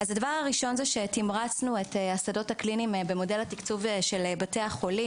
הדבר הראשון הוא שתמרצנו את השדות הקליניים במודל התקצוב של בתי החולים